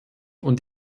und